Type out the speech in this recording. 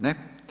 Ne.